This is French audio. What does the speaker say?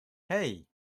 hey